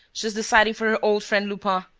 she's deciding for her old friend lupin.